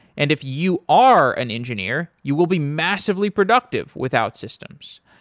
and if you are an engineer, you will be massively productive with outsystems.